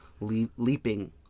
leaping